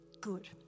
good